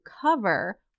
cover